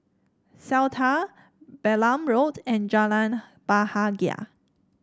Seletar Balam Road and Jalan Bahagia